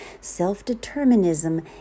Self-determinism